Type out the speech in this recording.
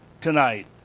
tonight